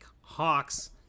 Hawks